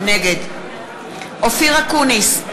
נגד אופיר אקוניס,